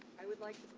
i would like